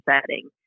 setting